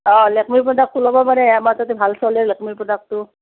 অঁ লেকমিৰ প্ৰডাক্টটো ল'ব পাৰে আমাৰ তাতে ভাল চলে লেকমিৰ প্ৰডাক্টটো